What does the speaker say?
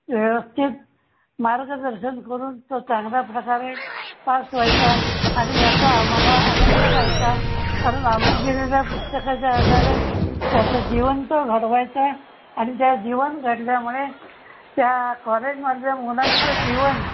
व्यवस्थित मार्गदर्शन करून तो चांगल्या प्रकारे पास व्हायचा आणि याचा आम्हाला आनंद मायचा कारण आम्ही गेलेल्या पुस्तकाच्या आधारे त्याचं जीवन तो घडवायचा आणि त्या जीवन घडल्यामुळे त्या कॉलेजमधल्या मुलांचं जीवन